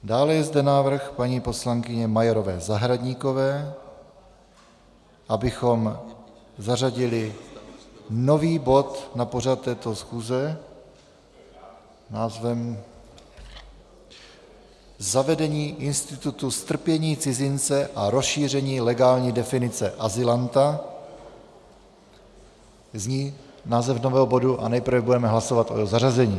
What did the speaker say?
Dále je zde návrh paní poslankyně Majerové Zahradníkové, abychom zařadili nový bod na pořad této schůze s názvem Zavedení institutu strpění cizince a rozšíření legální definice azylanta, zní název nového bodu, a nejprve budeme hlasovat o jeho zařazení.